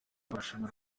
barishimira